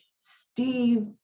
Steve